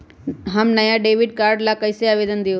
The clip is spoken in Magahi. हम नया डेबिट कार्ड ला कईसे आवेदन दिउ?